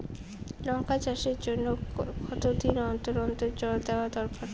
লঙ্কা চাষের জন্যে কতদিন অন্তর অন্তর জল দেওয়া দরকার?